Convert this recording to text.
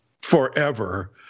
forever